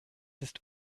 ist